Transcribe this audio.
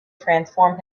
transform